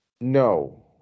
No